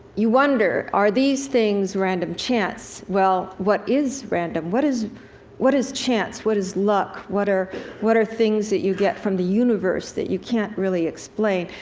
you wonder, are these things random chance? well, what is random? what is what is chance? what is luck? what are what are things that you get from the universe that you can't really explain?